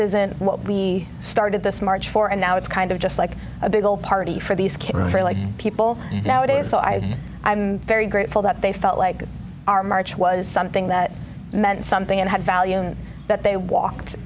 isn't what we started this march for and now it's kind of just like a big old party for these kids like people nowadays so i am very grateful that they felt like our march was something that meant something and had value and that they walked